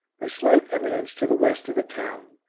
a slight eminence to the west of the town,